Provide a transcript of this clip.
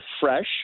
fresh